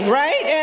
right